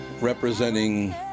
representing